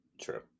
True